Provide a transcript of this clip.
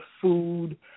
food